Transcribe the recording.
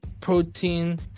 protein